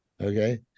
Okay